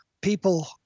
People